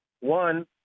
One